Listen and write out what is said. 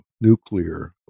nuclear